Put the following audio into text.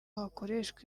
hakoreshwa